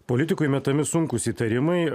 politikui metami sunkūs įtarimai ir